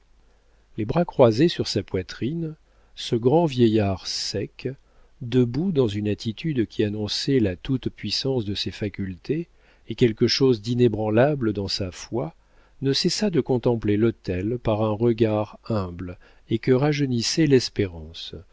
les bras croisés sur sa poitrine ce grand vieillard sec debout dans une attitude qui annonçait la toute-puissance de ses facultés et quelque chose d'inébranlable dans sa foi ne cessa de contempler l'autel par un regard humble et que rajeunissait l'espérance